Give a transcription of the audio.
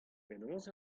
penaos